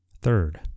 third